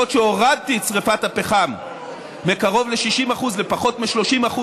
למרות שהורדתי את שרפת הפחם מקרוב ל-60% לפחות מ-30%,